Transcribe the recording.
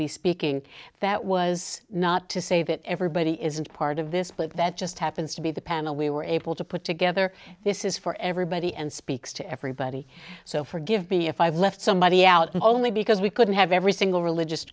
be speaking that was not to say that everybody isn't part of this but that just happens to be the panel we were able to put together this is for everybody and speaks to everybody so forgive me if i've left somebody out only because we couldn't have every single religious